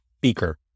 Beaker